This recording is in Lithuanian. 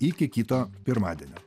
iki kito pirmadienio